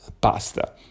pasta